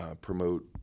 promote